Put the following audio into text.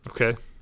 Okay